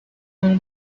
known